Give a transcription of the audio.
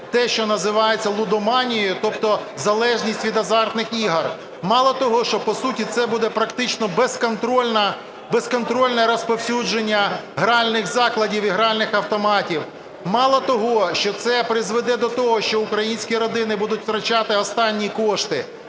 те, що називається лудоманією, тобто залежність від аграрних ігор, мало того, що по суті це буде практично безконтрольне розповсюдження гральних закладів і гральних автоматів, мало того, що це призведе до того, що українські родини будуть втрачати останні кошти,